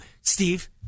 Steve